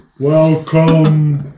Welcome